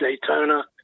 Daytona